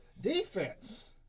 Defense